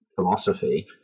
philosophy